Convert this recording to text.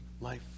life